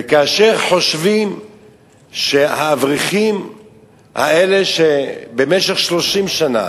וכאשר חושבים שהאברכים האלה, שבמשך 30 שנה